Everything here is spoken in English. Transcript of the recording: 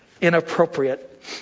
inappropriate